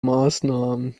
maßnahmen